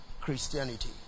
Christianity